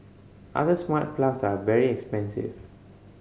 other smart plugs are very expensive